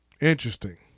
Interesting